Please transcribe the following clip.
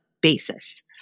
basis